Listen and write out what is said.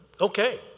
Okay